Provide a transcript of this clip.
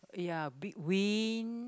ya big wind